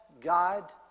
god